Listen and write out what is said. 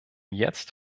jetzt